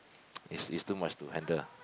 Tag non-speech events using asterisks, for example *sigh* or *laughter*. *noise* it's it's too much to handle